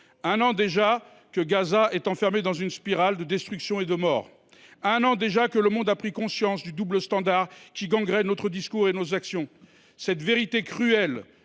un an déjà que Gaza est enfermée dans une spirale de destruction et de mort. Voilà un an déjà que le monde a pris conscience du double standard qui gangrène notre discours et nos actions. Cette vérité cruelle